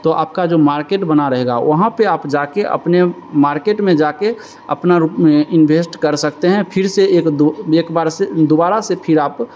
तो आपका जो मार्केट बना रहेगा वहाँ पर आप जा कर अपने मार्केट में जा कर अपना रुप इंभेस्ट कर सकते हैं फिर से एक दो एक बार से दोबारा से फिर आप